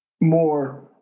more